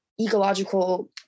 ecological